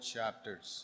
chapters